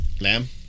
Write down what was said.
Lamb